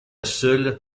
seule